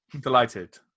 delighted